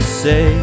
say